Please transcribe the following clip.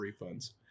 refunds